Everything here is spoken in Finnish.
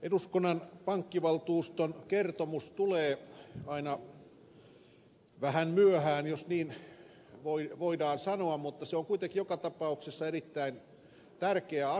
eduskunnan pankkivaltuuston kertomus tulee aina vähän myöhään jos niin voidaan sanoa mutta se on kuitenkin joka tapauksessa erittäin tärkeä asiakirja